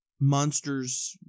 monster's